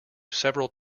several